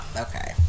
Okay